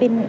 പിന്നെ